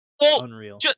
Unreal